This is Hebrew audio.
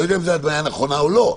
לא יודע אם היא נכונה או לא.